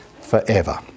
forever